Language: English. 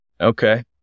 Okay